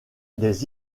des